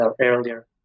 earlier